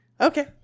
okay